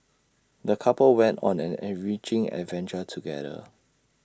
the couple went on an enriching adventure together